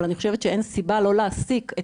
אבל אני חושבת שאין סיבה לא להעסיק את